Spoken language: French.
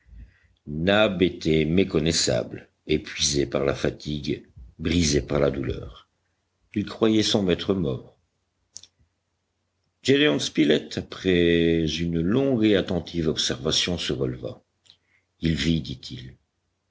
était méconnaissable épuisé par la fatigue brisé par la douleur il croyait son maître mort gédéon spilett après une longue et attentive observation se releva il vit dit-il